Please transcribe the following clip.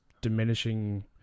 diminishing